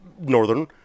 northern